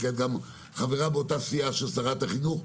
כי את גם חברה באותה סיעה של שרת החינוך,